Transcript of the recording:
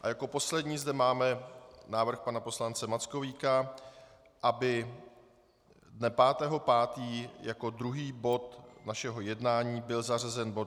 A jako poslední zde máme návrh pana poslance Mackovíka, aby dne 5. 5. jako druhý bod našeho jednání byl zařazen bod 225.